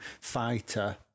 fighter